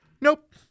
Nope